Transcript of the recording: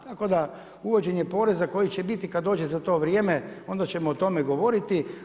Tako da uvođenje poreza koji će biti kada dođe za to vrijeme onda ćemo o tome govoriti.